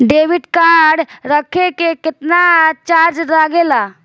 Debit card रखे के केतना चार्ज लगेला?